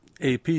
AP